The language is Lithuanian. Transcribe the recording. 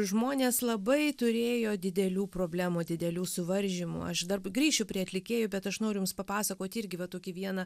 žmonės labai turėjo didelių problemų didelių suvaržymų aš dar grįšiu prie atlikėjų bet aš noriu jums papasakoti irgi va tokį vieną